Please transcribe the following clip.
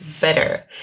better